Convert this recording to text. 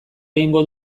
egingo